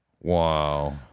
Wow